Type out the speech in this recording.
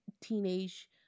teenage